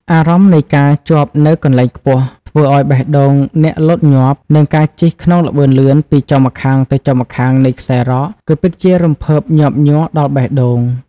អារម្មណ៍នៃការជាប់នៅកន្លែងខ្ពស់ ធ្វើឱ្យបេះដូងអ្នកលោតញាប់ និងការជិះក្នុងល្បឿនលឿនពីចុងម្ខាងទៅចុងម្ខាងនៃខ្សែរ៉កគឺពិតជារំភើបញាប់ញ័រដល់បេះដូង។